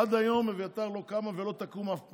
עד היום אביתר לא קמה ולא תקום אף פעם.